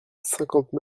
cinquante